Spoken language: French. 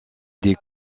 des